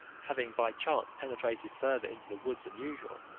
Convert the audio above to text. having by chance penetrated farther into the wood than usual,